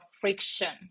friction